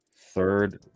third